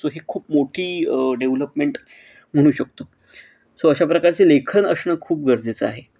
so ही खूप मोठी डेव्हलपमेंट म्हणू शकतो सो अशा प्रकारचे लेखन असणं खूप गरजेचं आहे